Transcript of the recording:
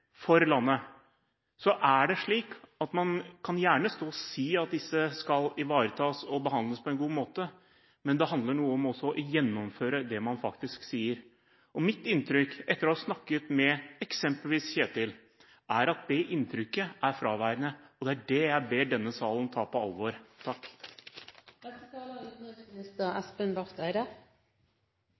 for landet, så kan man gjerne stå her og si at disse skal ivaretas og behandles på en god måte, men det handler også om å gjennomføre det man faktisk sier. Mitt inntrykk – etter å ha snakket med eksempelvis Kjetil – er at dette er fraværende. Det ber jeg denne salen ta på alvor. Jeg skal ikke tvære ut diskusjonen. Det er